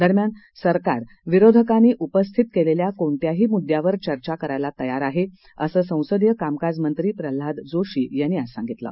दरम्यान सरकार विरोधकांनी उपस्थित केलेल्या कोणत्याही मुदद्यांवर चर्चा करण्यास तयार आहे असं संसदीय कामकाज मंत्री प्रल्हाद जोशी यांनी आज सांगितलं